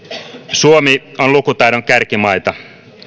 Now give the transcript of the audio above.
suomi on lukutaidon kärkimaita